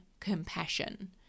compassion